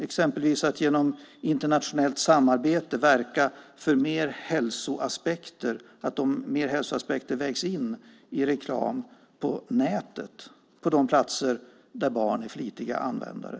Exempelvis skulle den genom internationellt samarbete verka för att hälsoaspekter mer vägs in i reklam på nätet där barn är flitiga användare.